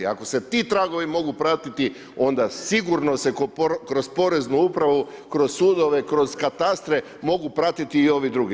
Ako se ti tragovi mogu pratiti, onda sigurno se kroz poreznu upravu, kroz sudove, kroz katastre mogu pratiti i ovi drugi.